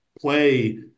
play